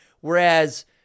Whereas